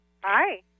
Hi